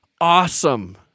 awesome